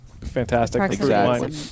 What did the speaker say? fantastic